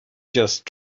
just